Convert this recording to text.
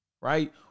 right